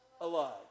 Alive